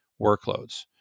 workloads